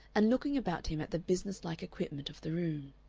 and looking about him at the business-like equipment of the room.